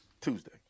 Tuesday